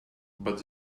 but